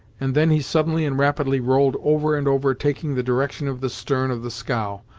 and then he suddenly and rapidly rolled over and over, taking the direction of the stern of the scow.